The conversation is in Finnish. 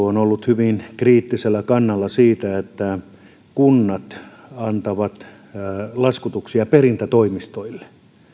on ollut hyvin kriittisellä kannalla siitä että kunnat antavat laskutuksia perintätoimistoille